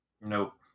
Nope